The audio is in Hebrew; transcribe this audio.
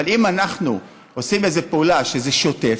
אבל אם אנחנו עושים איזו פעולה שזה שוטף,